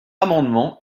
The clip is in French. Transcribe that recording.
amendement